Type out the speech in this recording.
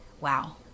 wow